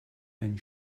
ein